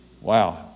Wow